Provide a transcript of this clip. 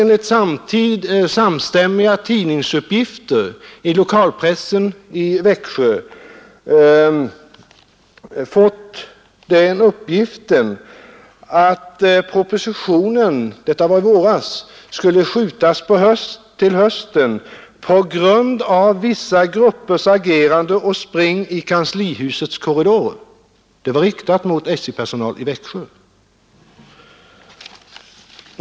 Enligt samstämmiga uppgifter i lokalpressen i Växjö har SJ-personal fått det beskedet att avlämnandet av propositionen — detta var i våras — skulle skjutas upp till hösten på grund av vissa gruppers agerande och spring i kanslihusets korridorer; de uttalandena var riktade mot SJ-personalen i Växjö.